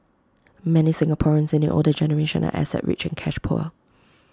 many Singaporeans in the older generation are asset rich and cash poor